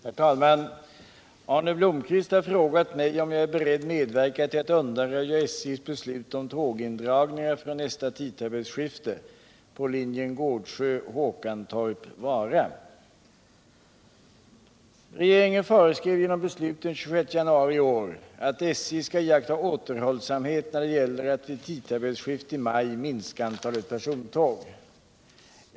Herr talman! Arne Blomkvist har frågat mig om jag är beredd medverka till att undanröja SJ:s beslut om tågindragningar från nästa tidtabellsskifte på linjen Gårdsjö-Håkantorp-Vara. Regeringen föreskrev genom beslut den 26 januari i år att SJ skall iaktta återhållsamhet när det gäller att vid tidtabellsskiftet i maj minska antalet persontåg.